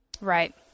Right